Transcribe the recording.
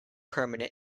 permanent